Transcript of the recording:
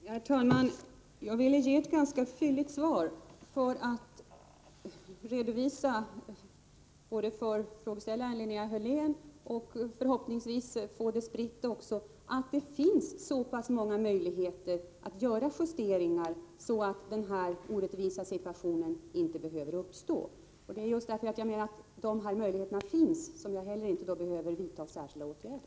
Herr talman! Jag ville ge ett ganska fylligt svar, både för att redovisa läget för frågeställaren Linnea Hörlén och för att förhoppningsvis sprida information om att det finns så pass många möjligheter att göra justeringar att en sådan här orättvis situation inte behöver uppstå. Eftersom dessa möjligheter finns anser jag att jag inte behöver vidta särskilda åtgärder.